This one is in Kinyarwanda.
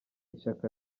ishyaka